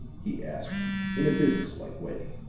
he asked, in a business-like way.